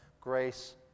grace